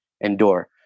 endure